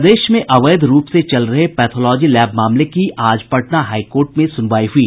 प्रदेश में अवैध रूप से चल रहे पैथोलॉजी लैब मामले की आज पटना हाईकोर्ट में सुनवाई हुई